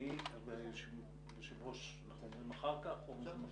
אני; את היושב-ראש אנחנו אומרים אחר כך או עכשיו?